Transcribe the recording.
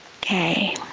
okay